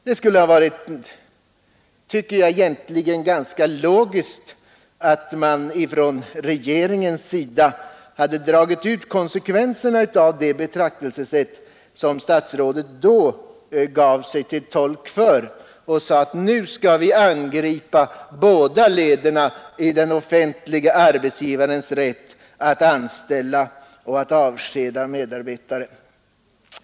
Det skulle egentligen ha varit ganska logiskt, tycker jag, att man från regeringens sida hade dragit ut konsekvenserna av det betraktelsesätt som statsrådet Lidbom då gjorde sig till tolk för och sagt, att nu skall vi angripa båda leden i den offentliga arbetsgivarens rätt att anställa och att avskeda medarbetare.